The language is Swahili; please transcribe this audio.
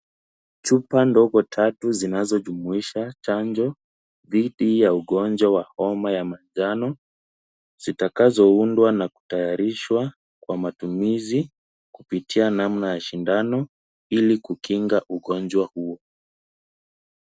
Chupa ndogo tatu zinazojumuisha chanjo, dhidi ya ugonjwa wa homa ya manjano, zitakazoundwa na kutayarishwa kwa matumizi, kupitia namna ya sindano, ili kukinga ugonjwa huo.